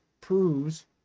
proves